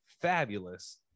fabulous